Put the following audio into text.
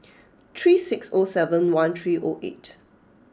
three six O seven one three O eight